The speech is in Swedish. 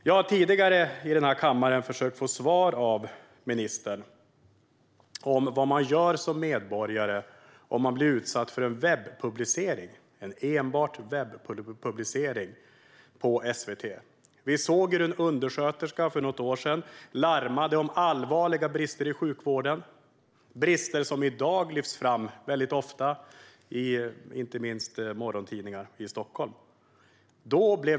Vi har tidigare i den här kammaren försökt få svar av ministern när det gäller vad man gör som medborgare om man blir utsatt för en webbpublicering - en publicering enbart på webben - på SVT. För något år sedan såg vi hur en undersköterska larmade om allvarliga brister i sjukvården, brister som i dag ofta lyfts fram, inte minst i morgontidningarna i Stockholm.